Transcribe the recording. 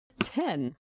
Ten